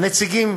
הנציגים